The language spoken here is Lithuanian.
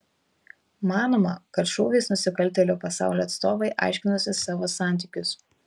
manoma kad šūviais nusikaltėlių pasaulio atstovai aiškinosi savo santykius